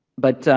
but